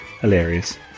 Hilarious